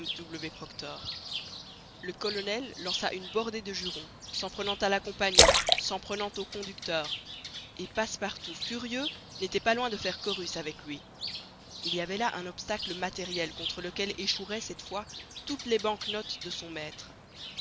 proctor le colonel lança une bordée de jurons s'en prenant à la compagnie s'en prenant au conducteur et passepartout furieux n'était pas loin de faire chorus avec lui il y avait là un obstacle matériel contre lequel échoueraient cette fois toutes les bank notes de son maître